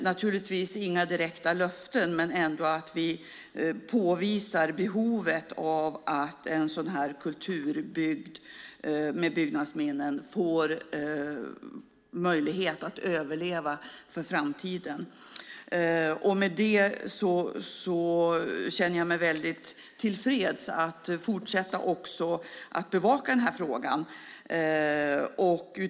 Naturligtvis gavs inga direkta löften, men vi påvisade att en sådan här kulturbygd med byggnadsminnen måste få möjlighet att överleva för framtiden. Med det känner mig till freds med att fortsätta att bevaka frågan.